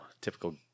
typical